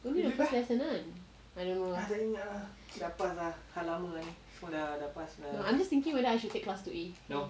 only the first lesson kan I don't know lah I'm just thinking whether I should take class two a